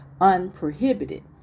unprohibited